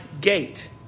gate